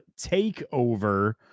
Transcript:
takeover